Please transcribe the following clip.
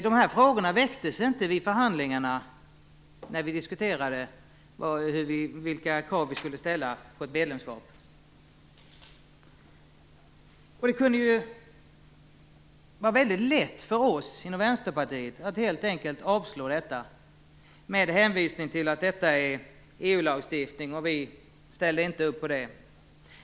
De här frågorna väcktes inte vid förhandlingarna när vi diskuterade vilka krav vi skulle ställa vid ett medlemskap. Det skulle vara lätt för oss i Vänsterpartiet att helt enkelt avslå regeringens förslag med hänvisning till att detta är EU-lagstiftning som vi inte ställer upp på.